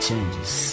changes